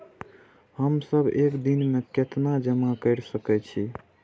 हम सब एक दिन में केतना जमा कर सके छी?